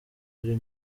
ari